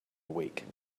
week